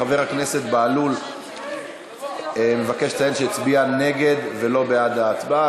חבר הכנסת בהלול מבקש לציין שהצביע נגד ולא בעד ההצעה.